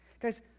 Guys